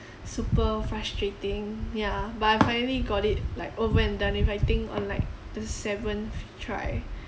super frustrating yeah but I finally got it like over and done with I think on like the seventh try